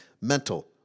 mental